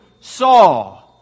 saw